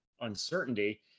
uncertainty